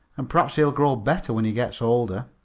and perhaps he'll grow better when he gets older.